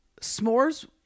s'mores